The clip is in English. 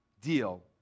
deal